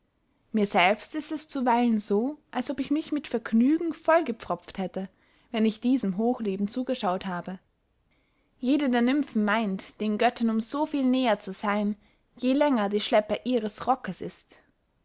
mir selbst ist es zuweilen so als ob ich mich mit vergnügen vollgepropft hätte wenn ich diesem hochleben zugeschaut habe jede der nymphen meynt den göttern um so viel näher zu seyn je länger die schleppe ihres rockes ist